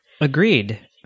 Agreed